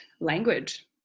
language